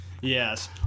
Yes